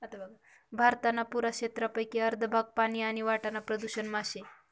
भारतना पुरा क्षेत्रपेकी अर्ध भाग पानी आणि वाटाना प्रदूषण मा शे